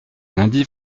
lundi